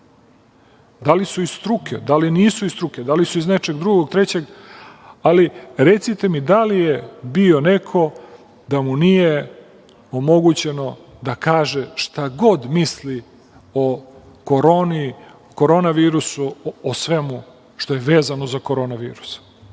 Da li su iz struke, da li nisu iz struke, da li su iz nečeg drugog, trećeg, ali recite mi da li je bio neko da mu nije omogućeno da kaže šta god misli o Koroni, Koronavirusu, o svemu što je vezano za Koronavirus.